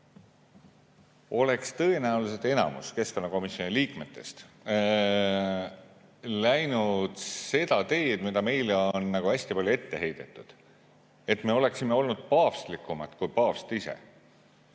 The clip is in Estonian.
oleks tõenäoliselt enamus keskkonnakomisjoni liikmetest läinud seda teed, mida meile on hästi palju ette heidetud, et me oleksime olnud paavstlikumad kui paavst ise.